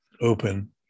open